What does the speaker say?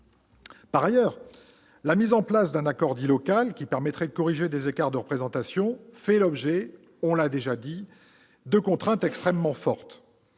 Par ailleurs, la mise en place d'un accord dit « local » permettant de corriger des écarts de représentation est soumise à des contraintes extrêmement fortes.